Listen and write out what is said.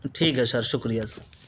ٹھیک ہے شر شکریہ سر